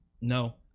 No